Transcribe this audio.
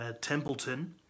Templeton